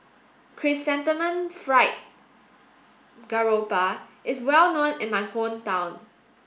Chrysanthemum Fried Garoupa is well known in my hometown